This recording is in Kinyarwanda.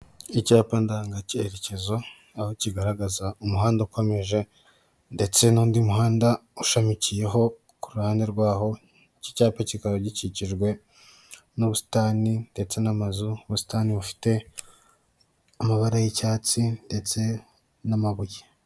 Icyapa ndangacyerekezo, aho kigaragaza umuhanda ukomeje ndetse n'undi muhanda ushamikiyeho ku ruhande rwaho. Iki cyapa kikaba gikikijwe n'ubusitani ndetse n'amazu. Ubusitani bufite amabara y'icyatsi ndeste n'amabuye.